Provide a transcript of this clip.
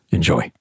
Enjoy